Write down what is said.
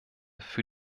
für